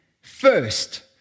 first